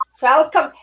welcome